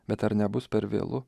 bet ar nebus per vėlu